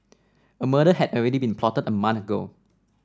a murder had already been plotted a month ago